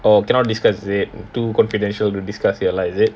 oh cannot discuss is it too confidential to discuss here lah is it